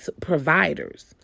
providers